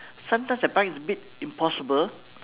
sometimes I find it a bit impossible